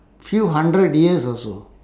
few hundred years also